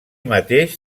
mateix